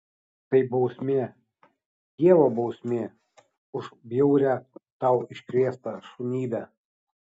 tai bausmė dievo bausmė už bjaurią tau iškrėstą šunybę